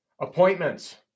Appointments